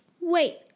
Wait